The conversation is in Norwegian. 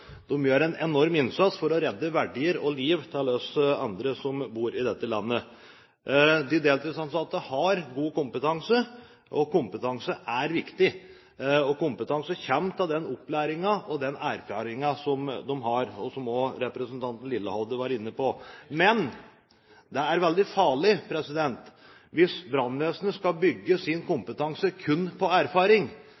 gjør en enorm innsats for å redde verdier og liv for oss andre som bor i dette landet. De deltidsansatte har god kompetanse. Kompetanse er viktig. Kompetanse kommer av den opplæringen og erfaringen de har, som også representanten Lillehovde var inne på. Men det er veldig farlig hvis brannvesenet skal bygge sin